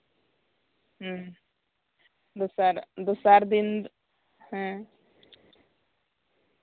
ᱦᱩᱸ ᱫᱚᱥᱟᱨ ᱫᱚᱥᱟᱨ ᱫᱤᱱ ᱫᱚ ᱦᱮᱸ